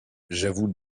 j’avoue